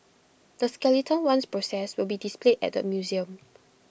the skeleton once processed will be displayed at the museum